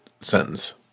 sentence